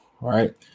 right